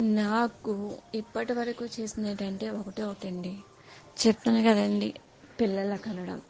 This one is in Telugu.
నాకు ఇప్పటి వరకూ చేసింది ఏంటంటే ఒకటే ఒకటి అండి చెప్తున్నాను కదండి పిల్లలని కనడం